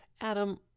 Adam